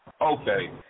okay